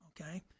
okay